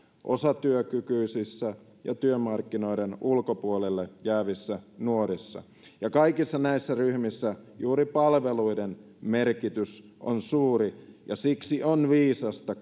osatyökykyisissä ja työmarkkinoiden ulkopuolelle jäävissä nuorissa ja kaikissa näissä ryhmissä juuri palveluiden merkitys on suuri ja siksi on viisasta